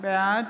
בעד